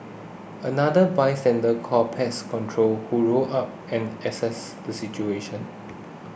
another by sender called pest control who rolled up and assessed the situation